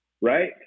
right